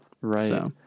Right